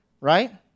right